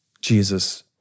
Jesus